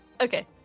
Okay